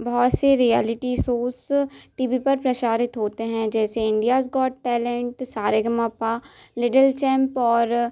बहुत से reality shows T V पर प्रसारित होते हैं जैसे India's got talent Sa Re Ga Ma Pa little champ और